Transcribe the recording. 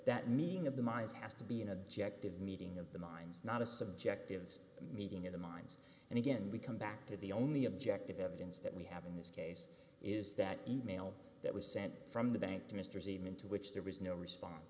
that meeting of the minds has to be an objective meeting of the minds not a subjective meeting in the minds and again we come back to the only objective evidence that we have in this case is that e mail that was sent from the bank to mr zeman to which there was no response